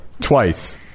Twice